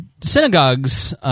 synagogues